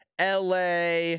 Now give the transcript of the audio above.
LA